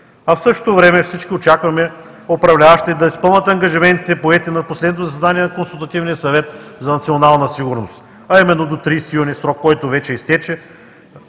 В същото време всички очакваме управляващите да изпълнят ангажиментите, поети на последното заседание на Консултативния съвет за национална сигурност, а именно в срок до 30 юни, който вече изтече,